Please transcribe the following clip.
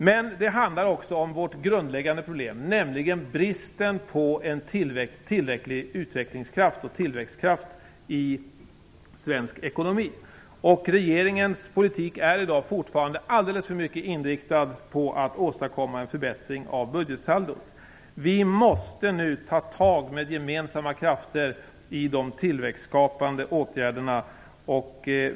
Men det handlar också om vårt grundläggande problem, nämligen bristen på en tillräcklig utvecklings och tillväxtkraft i svensk ekonomi. Regeringens politik är i dag fortfarande alltför mycket inriktad på att åstadkomma en förbättring av budgetsaldot. Vi måste nu med gemensamma krafter ta tag i de tillväxtskapande åtgärderna.